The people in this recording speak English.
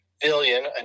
billion